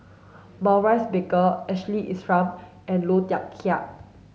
Maurice Baker Ashley Isham and Low Thia Khiang